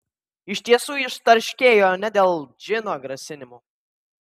iš tiesų jis tarškėjo ne dėl džino grasinimų